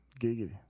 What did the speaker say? giggity